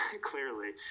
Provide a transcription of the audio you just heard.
clearly